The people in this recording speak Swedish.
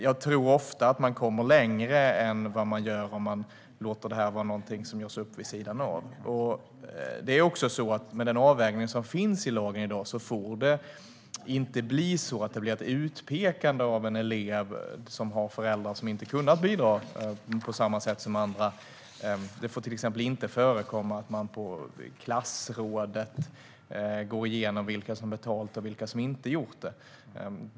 Jag tror ofta att man kommer längre så än vad man gör om man låter det vara någonting som görs upp vid sidan av. I och med den avvägning som finns i lagen i dag får det inte bli ett utpekande av en elev som har föräldrar som inte kan bidra på samma sätt som andra. Det får till exempel inte förekomma att man på klassråd går igenom vilka som har betalat och vilka som inte har gjort det.